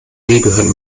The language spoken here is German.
gehört